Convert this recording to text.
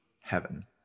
heaven